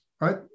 right